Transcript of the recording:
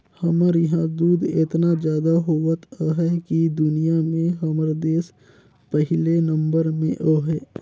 हमर इहां दूद एतना जादा होवत अहे कि दुनिया में हमर देस पहिले नंबर में अहे